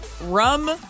rum